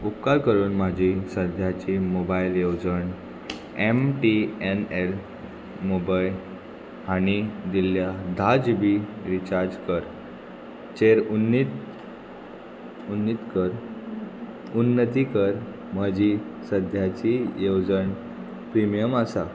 उपकार करून म्हजी सद्याची मोबायल येवजण M T N L mobile हांणी दिल्ल्या धा जी बी रिचार्ज कर चेर उन्नीत उन्नीत कर उन्नती कर म्हजी सद्याची येवजण प्रिमियम आसा